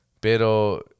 Pero